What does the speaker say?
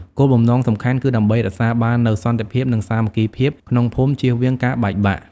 គោលបំណងសំខាន់គឺដើម្បីរក្សាបាននូវសន្តិភាព និងសាមគ្គីភាពក្នុងភូមិជៀសវាងការបែកបាក់។